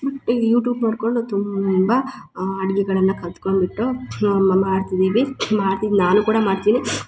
ಮತ್ತೆ ಯೂಟ್ಯೂಬ್ ನೋಡ್ಕೊಂಡು ತುಂಬಾ ಅಡ್ಗೆಗಳನ್ನ ಕಲ್ತ್ಕೊಂಡು ಬಿಟ್ಟು ನಾ ಅಮ್ಮ ಮಾಡ್ತಿದ್ದೀವಿ ಮಾಡ್ತಿದ್ದೆ ನಾನು ಕೂಡ ಮಾಡ್ತೀನಿ